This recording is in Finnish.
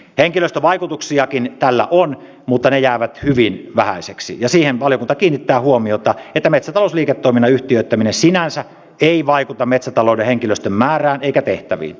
henkilöstövaikutuksiakin tällä on mutta ne jäävät hyvin vähäisiksi ja siihen valiokunta kiinnittää huomiota että metsätalousliiketoiminnan yhtiöittäminen sinänsä ei vaikuta metsätalouden henkilöstön määrään eikä tehtäviin